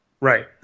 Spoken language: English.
Right